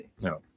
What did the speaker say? No